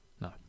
No